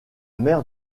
mer